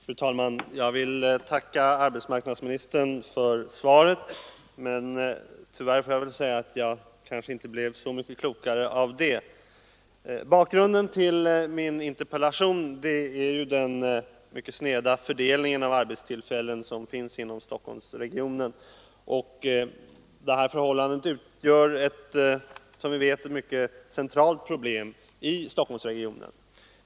Fru talman! Jag vill tacka arbetsmarknadsministern för svaret men tyvärr får jag säga att jag kanske inte blev så mycket klokare av det. Bakgrunden till min interpellation är den mycket sneda fördelningen av arbetstillfällen som finns inom Stockholmsregionen. Detta förhållande utgör ett, som vi vet, mycket centralt problem i Stockholmsregionen.